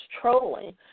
trolling